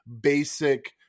basic